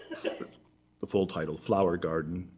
the full title, flower garden,